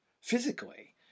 physically